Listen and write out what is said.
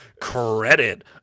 credit